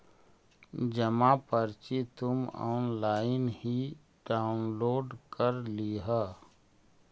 जमा पर्ची तुम ऑनलाइन ही डाउनलोड कर लियह